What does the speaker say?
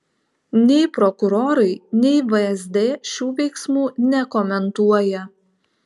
nei prokurorai nei vsd šių veiksmų nekomentuoja